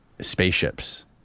spaceships